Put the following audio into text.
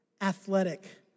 athletic